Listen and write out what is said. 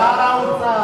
שר האוצר.